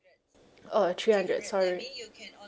oh three hundred sorry